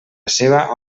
seva